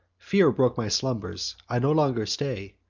fear broke my slumbers i no longer stay,